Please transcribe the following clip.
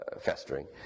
festering